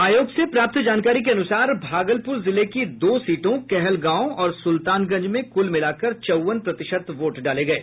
आयोग से प्राप्त जानकारी के अनुसार भागलपुर जिले की दो सीटों कहलगांव और सुल्तानगंज में कुल मिलाकर चौवन प्रतिशत वोट डाले गये